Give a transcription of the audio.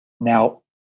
now